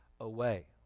away